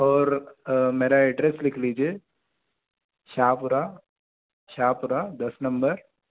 और मेरा एड्रेस लिख लीजिए शाहपुरा शाहपुरा दस नंबर